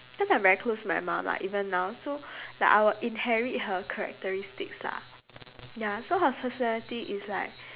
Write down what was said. cause I'm very close to my mum lah even now so like I will inherit her characteristics lah ya so her personality is like